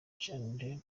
school